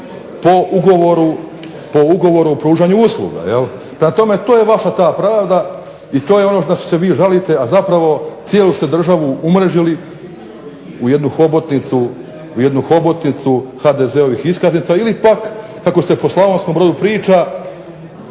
po ugovoru o pružanju usluga. Prema tome, to je vaša pravda i to je ono na što se vi žalite, a zapravo cijelu ste državu umrežili u jednu hobotnicu HDZ-ovi iskaznica ili pak kako se po Slavonskom Brodu priča